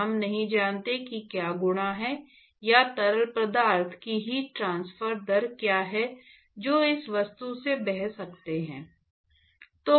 और हम नहीं जानते कि क्या गुण हैं या तरल पदार्थ की हीट ट्रांसफर दर क्या है जो इस वस्तु से बह सकते हैं